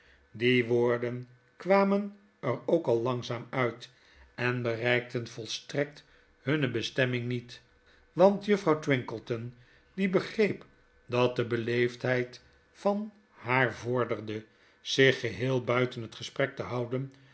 die woorden kwamen er ook al langzaam uit en bereikten volstrekt hunne bestemming niet want juffrouw twinkleton die begreep dat de beleefdheid van haar vorderde zich geheel buiten het gesprek te houden